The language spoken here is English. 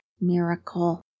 miracle